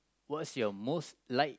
what's your most liked